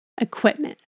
equipment